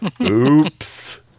oops